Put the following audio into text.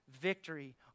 victory